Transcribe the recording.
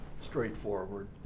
straightforward